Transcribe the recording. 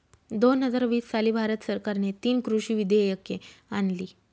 दोन हजार वीस साली भारत सरकारने तीन कृषी विधेयके आणली